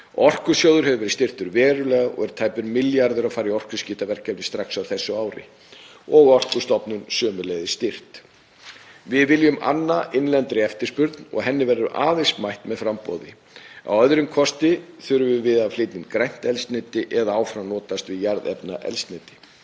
Orkusjóður hefur verið styrktur verulega og fer tæpur milljarður í orkuskiptaverkefni strax á þessu ári og Orkustofnun hefur sömuleiðis verið styrkt. Við viljum anna innlendri eftirspurn og henni verður aðeins mætt með framboði. Að öðrum kosti þurfum við að flytja inn grænt eldsneyti eða notast áfram við jarðefnaeldsneyti.